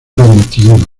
veintiuno